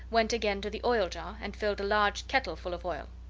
went again to the oil jar and filled a large kettle full of oil.